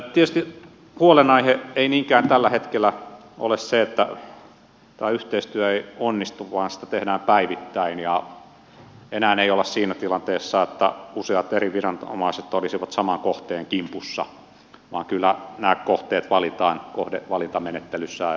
tietysti huolenaihe ei niinkään tällä hetkellä ole se että tämä yhteistyö ei onnistu vaan sitä tehdään päivittäin ja enää ei olla siinä tilanteessa että useat eri viranomaiset olisivat saman kohteen kimpussa vaan kyllä nämä kohteet valitaan kohdevalintamenettelyssä tutkintaryhmissä